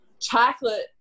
Chocolate